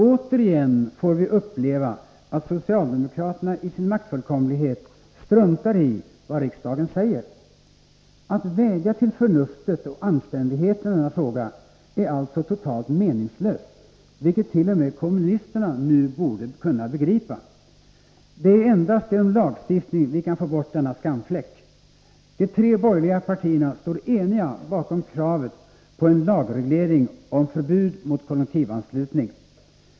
Återigen får vi uppleva att socialdemokraterna i sin maktfullkomlighet struntar i vad riksdagen säger. Att vädja till förnuftet och anständigheten i denna fråga är alltså totalt meningslöst, vilket t.o.m. kommunisterna nu borde kunna begripa. Det är endast genom lagstiftning vi kan få bort denna skamfläck. De tre borgerliga partierna står eniga bakom kravet på en lagreglering om förbud mot kollektivanslutningen.